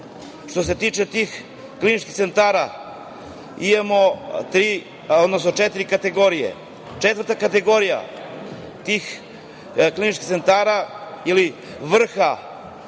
što se tiče tih kliničkih centara, imamo tri, odnosno četiri kategorije. Četvrta kategorija tih kliničkih centara ili vrha